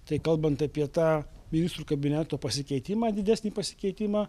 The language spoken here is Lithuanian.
tai kalbant apie tą ministrų kabineto pasikeitimą didesnį pasikeitimą